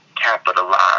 capitalize